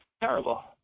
terrible